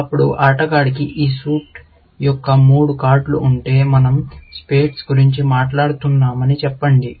ఇప్పుడు ఆటగాడికి ఈ సూట్ యొక్క మూడు కార్డులు ఉంటే మన০ స్పేడ్స్ గురించి మాట్లాడుతున్నామని చెప్పండి